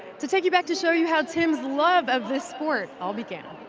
to take you back to show you how tim's love of this sport all began.